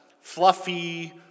fluffy